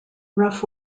rough